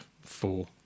four